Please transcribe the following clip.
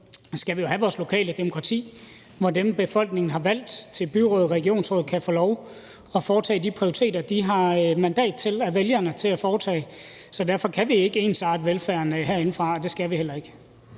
måde skal vi jo have vores lokale demokrati, hvor dem, befolkningen har valgt til byråd og regionsråd, kan få lov at foretage de prioriteter, de af vælgerne har fået mandat til at foretage. Så derfor kan vi ikke ensarte velfærden herindefra, og det skal vi heller ikke.